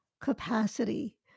capacity